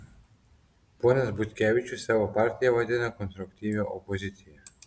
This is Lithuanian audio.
ponas butkevičius savo partiją vadina konstruktyvia opozicija